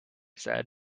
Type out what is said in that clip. said